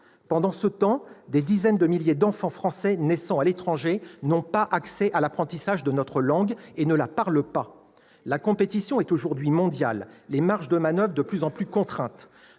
Pendant ce temps, des dizaines de milliers d'enfants français nés à l'étranger n'ont pas accès à l'apprentissage de notre langue et ne la parlent pas. La compétition est aujourd'hui mondiale, et les marges de manoeuvre de plus en plus contraintes.